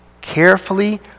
carefully